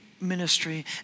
ministry